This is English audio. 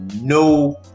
no